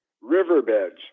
riverbeds